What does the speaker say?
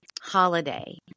holiday